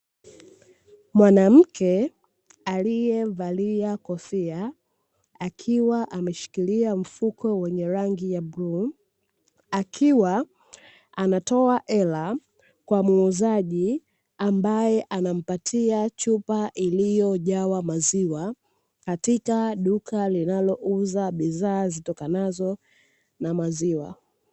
Mwanamke aliyevalia kofia akiwa ameshikilia mfuko wenye rangi ya bluu akiwa anato hela kwa muuzaji ambaye anampatia chupa iliyojaa maziwa katika duka linalouza bidhaa zitokanazo na maziwa.